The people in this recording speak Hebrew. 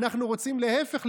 אנחנו רוצים להפך,